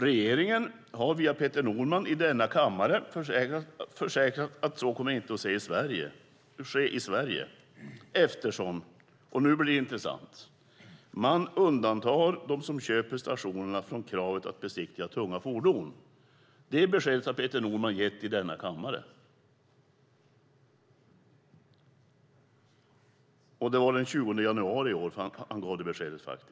Regeringen har via Peter Norman i denna kammare försäkrat att så inte kommer att ske i Sverige eftersom - och nu blir det intressant - man undantar de som köper stationerna från kravet att besiktiga tunga fordon. Det beskedet gav Peter Norman i denna kammare den 20 januari i år.